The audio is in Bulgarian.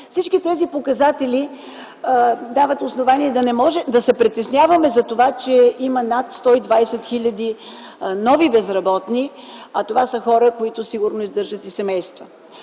Всички тези показатели дават основание да се притесняваме за това, че има над 120 хиляди нови безработни, а това са хора, които сигурно издържат и семейства.